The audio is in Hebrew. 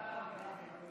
לקונה),